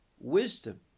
wisdom